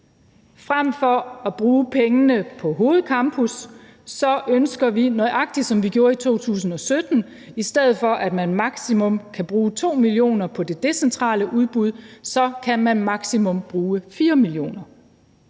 Frem for at bruge pengene på hovedcampus ønsker vi – nøjagtig som vi gjorde i 2017 – at man, i stedet for at man maksimum kan bruge 2 mio. kr. på det decentrale udbud, så maksimum kan bruge 4 mio.